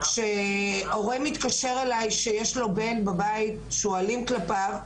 כשהורה מתקשר אליי שיש לו בן בבית שהוא אלים כלפיו,